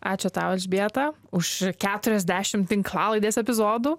ačiū tau elžbieta už keturiasdešim tinklalaidės epizodų